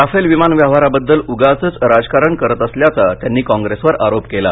Rafale विमान व्यवहारबद्दल उगाचच राजकारण करत असल्याचा त्यांनी कॉंग्रेसवर आरोप केला